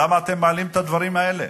למה אתם מעלים את הדברים האלה?